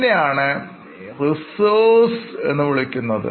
ഇതിനെയാണ് Reserves എന്ന് വിളിക്കുന്നത്